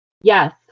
Yes